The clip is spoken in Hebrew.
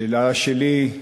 השאלה שלי,